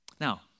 Now